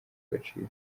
agaciro